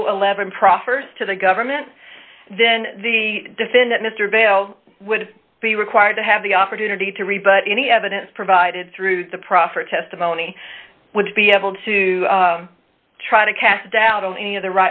rule eleven proffers to the government then the defendant mr vaile would be required to have the opportunity to rebut any evidence provided through the proffer testimony would be able to try to cast doubt on any of the